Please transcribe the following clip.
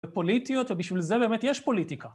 ופוליטיות, ובשביל זה באמת יש פוליטיקה.